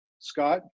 Scott